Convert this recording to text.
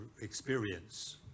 experience